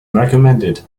recommended